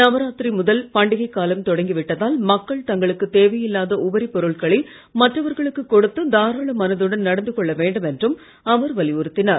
நவராத்திரி முதல் பண்டிகைக் காலம் தொடங்கி விட்டதால் மக்கள் தங்களுக்கு தேவையில்லாத உபரி பொருட்களை மற்றவர்களுக்கு கொடுத்து தாராள மனதுடன் நடந்து கொள்ள வேண்டும் என்றும் அவர் வலியுறுத்தினார்